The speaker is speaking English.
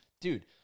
Dude